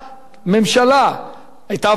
היתה הבטחה שלטונית לסייע להם.